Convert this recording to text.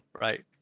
right